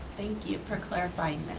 thank you for clarifying